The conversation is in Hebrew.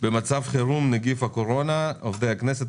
במצב חירום נגיףהקורונה()עובדי הכנסת(,